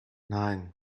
nein